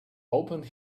opened